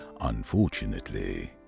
Unfortunately